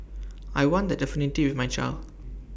I want the affinity with my child